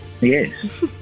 Yes